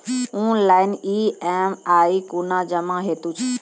Online EMI कूना जमा हेतु छै?